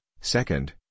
second